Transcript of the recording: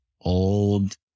old